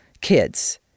kids